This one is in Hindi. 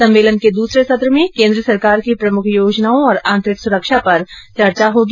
सम्मेलन के दूसरे सत्र में केन्द्र सरकार की प्रमुख योजनाओं और आंतरिक सुरक्षा पर चर्चा होगी